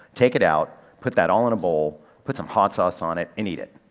take it out, put that all in a bowl, put some hot sauce on it and eat it.